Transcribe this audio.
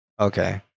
Okay